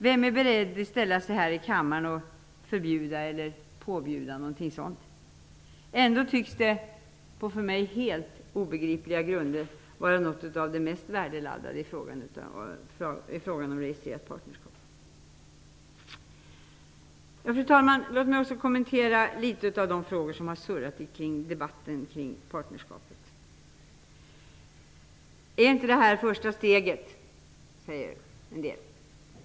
Vem är beredd att ställa sig här i kammaren och förbjuda eller påbjuda någonting sådant? Ändå tycks detta på för mig helt obegripliga grunder vara något av det mest värdeladdade i frågan om registrerat partnerskap. Fru talman! Låt mig också kommentera några av de frågor som har surrat i debatten om partnerskapet. Några undrar om inte detta bara är det första steget.